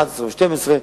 2011 ו-2012,